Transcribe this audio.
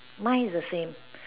mine is the same